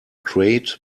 crate